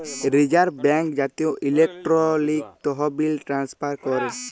reserve bank জাতীয় electronic তহবিল transfer ক্যরে